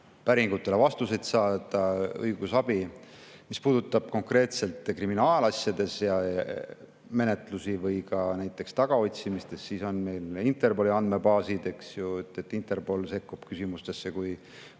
päringutele vastuseid ja õigusabi. Mis puudutab konkreetselt kriminaalasjade menetlusi või näiteks tagaotsimisi, siis on meil Interpoli andmebaasid ja Interpol sekkub küsimustesse.